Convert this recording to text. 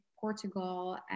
Portugal